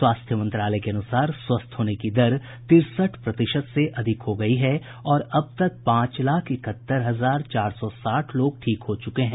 स्वास्थ्य मंत्रालय के अनुसार स्वस्थ होने की दर तिरसठ प्रतिशत से अधिक हो गई है और अब तक पांच लाख इकहत्तर हजार चार सौ साठ लोग ठीक हो चुके हैं